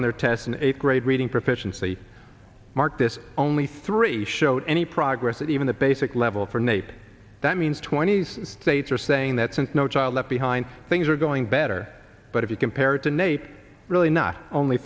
on their tests an eighth grade reading proficiency mark this only three showed any progress at even the basic level for nape that means twenty's they are saying that since no child left behind things are going better but if you compare it to nate really not only